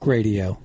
Radio